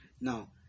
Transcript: Now